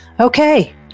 Okay